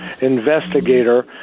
investigator